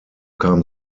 kam